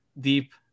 Deep